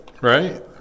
Right